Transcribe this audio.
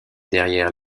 derrière